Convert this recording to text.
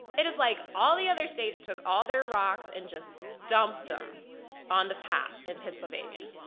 it is like all the other states took all their rocks and just dumped them on the path in pennsylvania.